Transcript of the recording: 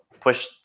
push